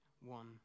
one